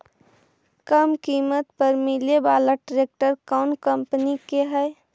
कम किमत पर मिले बाला ट्रैक्टर कौन कंपनी के है?